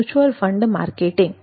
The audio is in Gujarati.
mutual fund marketing